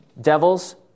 devil's